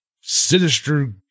sinister